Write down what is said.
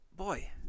Boy